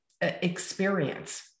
experience